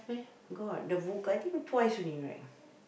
got the vo~ i think twice only right